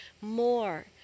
more